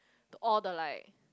to all the like